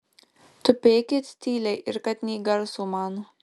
tupėkit tyliai ir kad nė garso man